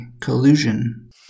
collusion